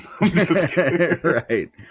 Right